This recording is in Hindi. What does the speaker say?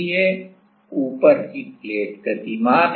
तो Cd अधिकतम epsilon0 A d minus y होगा और y का अधिकतम मान d बटा 3 है